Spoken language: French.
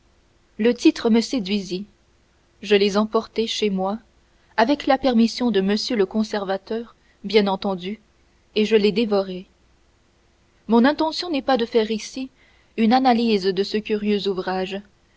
le titre me séduisit je les emportai chez moi avec la permission de m le conservateur bien entendu je les dévorai mon intention n'est pas de faire ici une analyse de ce curieux ouvrage